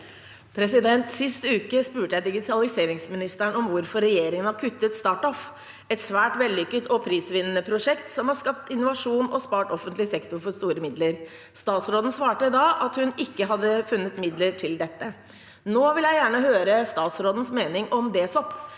Sist uke spurte jeg digitaliseringsministeren om hvorfor regjeringen har kuttet StartOff, et svært vellykket og prisvinnende prosjekt som har skapt innovasjon og spart offentlig sektor for store midler. Statsråden svarte da at hun ikke hadde funnet midler til dette. Nå vil jeg gjerne høre statsrådens mening om DSOP,